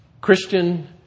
Christian